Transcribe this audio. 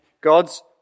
God's